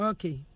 Okay